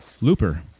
Looper